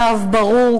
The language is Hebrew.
קו ברור,